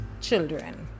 children